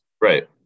Right